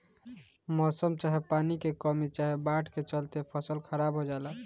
मौसम चाहे पानी के कमी चाहे बाढ़ के चलते फसल खराब हो जला